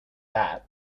that